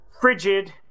frigid